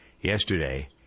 yesterday